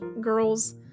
girls